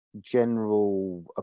general